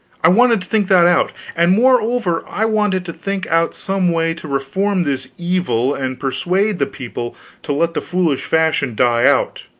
i wanted to think that out and moreover i wanted to think out some way to reform this evil and persuade the people to let the foolish fashion die out